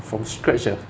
from scratch ah